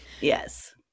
Yes